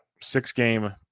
six-game